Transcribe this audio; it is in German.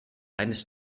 eines